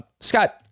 Scott